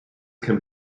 can